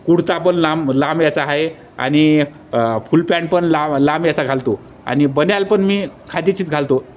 कुडता पण लांब लांब याचा आहे आणि फुल पँन्ट पण लांब लांब याचा घालतो आणि बन्याल पण मी खादीचीच घालतो